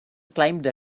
climbed